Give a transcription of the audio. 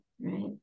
right